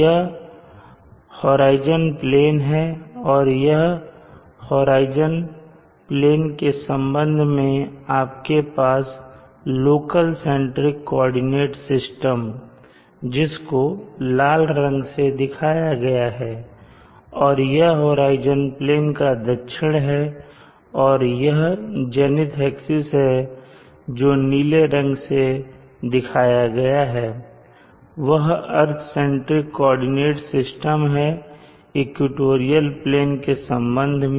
यह horizon plane है और होराइजन प्लेन के संबंध में आपके पास है लोकल सेंट्रिक कोऑर्डिनेट सिस्टम जिसको लाल रंग से दिखाया गया है और यह होराइजन प्लेन का दक्षिण है और यह जेनिथ एक्सिस है और जो नीले रंग से दिखाया गया है वह अर्थ सेंट्रिक कोऑर्डिनेट सिस्टम है इक्वेटोरियल प्लेन के संबंध में